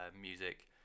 music